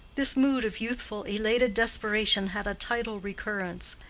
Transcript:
this mood of youthful, elated desperation had a tidal recurrence.